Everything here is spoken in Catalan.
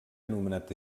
anomenat